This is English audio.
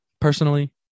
personally